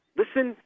listen